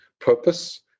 purpose